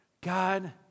God